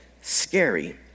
scary